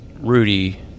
Rudy